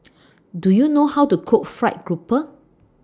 Do YOU know How to Cook Fried Grouper